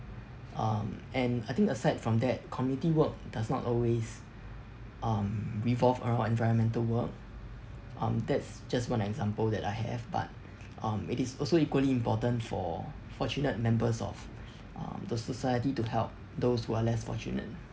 um and I think aside from that community work does not always um revolve around environmental work um that's just one example that I have but um it is also equally important for fortunate members of um the society to help those who are less fortunate